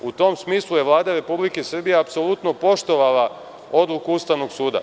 U tom smislu je Vlada Republike Srbije apsolutno poštovala odluku Ustavnog suda.